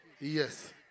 Yes